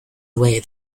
away